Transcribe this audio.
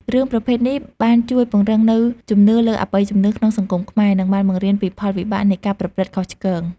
រឿងប្រភេទនេះបានជួយពង្រឹងនូវជំនឿលើអបិយជំនឿក្នុងសង្គមខ្មែរ និងបានបង្រៀនពីផលវិបាកនៃការប្រព្រឹត្តខុសឆ្គង។